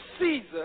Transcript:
Caesar